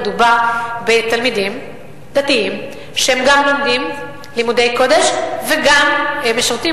מדובר בתלמידים דתיים שגם לומדים לימודי קודש וגם משרתים,